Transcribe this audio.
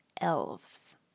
Elves